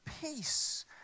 peace